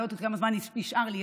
אני לא יודעת עוד כמה זמן נשאר לי,